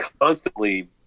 constantly